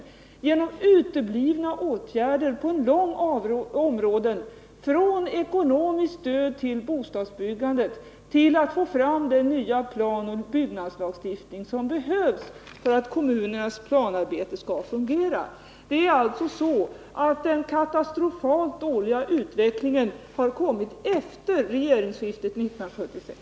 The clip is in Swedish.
Detta har skett genom uteblivna åtgärder på en lång rad av områden — från uteblivet ekonomiskt stöd åt bostadsbyggandet till oförmåga att få fram den nya plan och den nya byggnadslagstiftning som behövs för att kommunernas planarbete skall fungera. Det är alltså så, att den katastrofalt dåliga utvecklingen har kommit efter regeringsskiftet 1976.